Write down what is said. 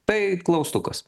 tai klaustukas